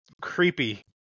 creepy